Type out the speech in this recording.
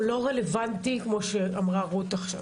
הוא לא רלוונטי, כמו שאמרה רות עכשיו.